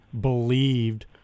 believed